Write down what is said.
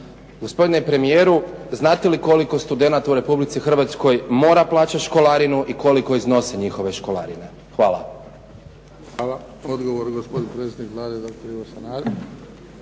Gospodine premijeru znate li koliko studenata u Republici Hrvatskoj mora plaćati školarinu i koliko iznose njihove školarine? Hvala. **Bebić, Luka (HDZ)** Hvala. Odgovor gospodin predsjednik Vlade, dr. Ivo Sanader.